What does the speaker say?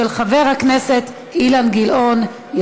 של חבר הכנסת אילן גילאון.